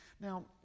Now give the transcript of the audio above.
Now